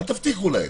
אל תבטיחו להם.